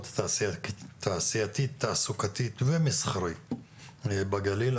התעשייתית-תעסוקתית ומסחרית בגליל.